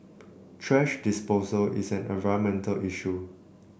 thrash disposal is an environmental issue